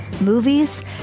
movies